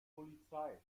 polizei